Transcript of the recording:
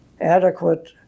adequate